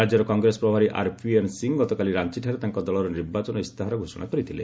ରାଜ୍ୟର କଂଗ୍ରେସ ପ୍ରଭାରୀ ଆର୍ପିଏନ୍ ସିଂହ ଗତକାଲି ରାଞ୍ଚିଠାରେ ତାଙ୍କ ଦଳର ନିର୍ବାଚନ ଇସ୍ତାହାର ଘୋଷଣା କରିଥିଲେ